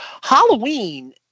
Halloween